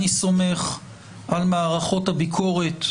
אני סומך על מערכות הביקורת,